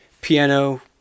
piano